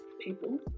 people